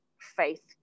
faith